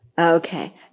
Okay